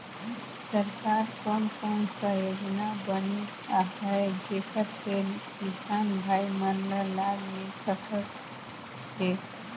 सरकार कोन कोन सा योजना बनिस आहाय जेकर से किसान भाई मन ला लाभ मिल सकथ हे?